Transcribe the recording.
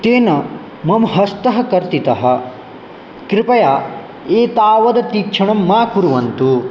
तेन मम हस्तः कर्तितः कृपया एतावद् तीक्ष्णं मा कुर्वन्तु